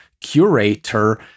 curator